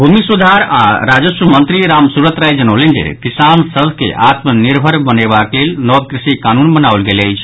भूमि सुधार आओर राजस्व मंत्री रामसूरत राय जनौलनि जे किसान सभ के आत्मनिर्भर बनेबाक लेल नव कृषि कानून बनाओल गेल अछि